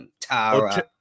Tara